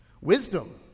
Wisdom